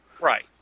Right